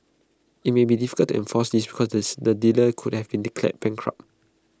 IT may be difficult to enforce this because this the dealer could have been declared bankrupt